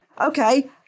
Okay